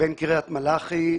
בן קריית מלאכי.